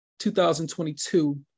2022